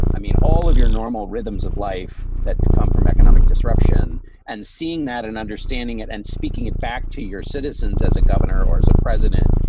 i mean, all of your normal rhythms of life that come from economic disruption and seeing that and understanding it and speaking it back to your citizens as a governor or as a president,